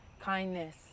Kindness